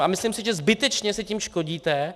A myslím si, že zbytečně si tím škodíte.